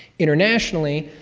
internationally,